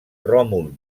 ròmul